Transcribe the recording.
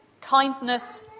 kindness